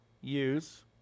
use